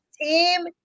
team